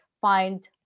find